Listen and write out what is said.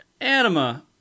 anima